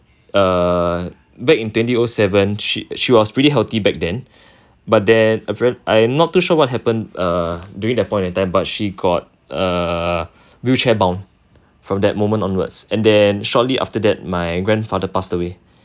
uh back in twenty O seven she was she was pretty healthy back then but then I'm not too sure what happened err during that point of time but she got uh wheelchair bound from that moment onwards and then shortly after that my grandfather passed away